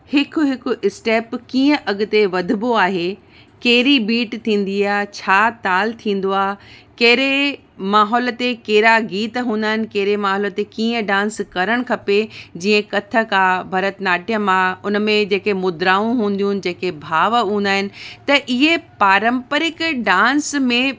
हिकु हिकु स्टेप कीअं अॻिते वधबो आहे कहिड़ी बीट थींदी आहे छा ताल थींदो आहे कहिड़े माहौल ते कहिड़ा गीत हूंदा आहिनि कहिड़े महिल ते कीअं डांस करणु खपे जीअं कथक आहे भरतनाट्यम आहे हुनमें जेके मुद्राऊं हूंदियूं आहिनि जेके भाव हूंदा आहिनि त इहे पारंपरिक डांस में